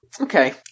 Okay